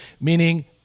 meaning